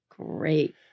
great